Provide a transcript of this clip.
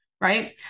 right